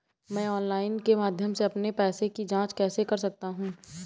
मैं ऑनलाइन के माध्यम से अपने पैसे की जाँच कैसे कर सकता हूँ?